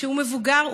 כשהוא מבוגר,